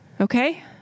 Okay